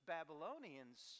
Babylonians